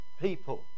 people